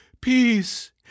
peace